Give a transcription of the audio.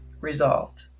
resolved